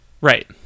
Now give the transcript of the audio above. Right